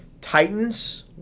Titans